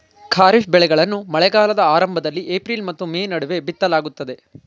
ಖಾರಿಫ್ ಬೆಳೆಗಳನ್ನು ಮಳೆಗಾಲದ ಆರಂಭದಲ್ಲಿ ಏಪ್ರಿಲ್ ಮತ್ತು ಮೇ ನಡುವೆ ಬಿತ್ತಲಾಗುತ್ತದೆ